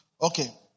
Okay